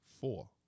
four